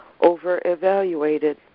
over-evaluated